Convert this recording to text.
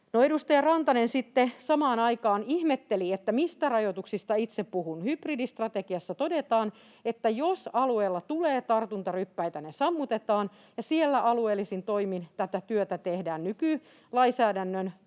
edustaja Rantanen sitten samaan aikaan ihmetteli, mistä rajoituksista itse puhun. Hybridistrategiassa todetaan, että jos alueella tulee tartuntaryppäitä, ne sammutetaan ja siellä alueellisin toimin tätä työtä tehdään nykylainsäädännön